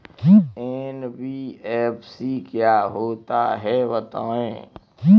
NBFC क्या होता है बताएँ?